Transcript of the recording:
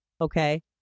Okay